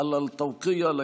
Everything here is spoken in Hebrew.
הוד מעלתם,